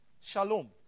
Shalom